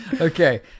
Okay